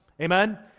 Amen